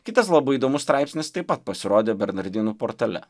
kitas labai įdomus straipsnis taip pat pasirodė bernardinų portale